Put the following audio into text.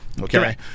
okay